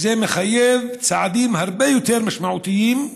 וזה מחייב צעדים הרבה יותר משמעותיים,